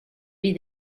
vis